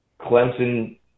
Clemson